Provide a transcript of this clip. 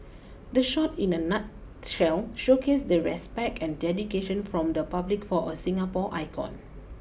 the shot in a nutshell showcased the respect and dedication from the public for a Singapore icon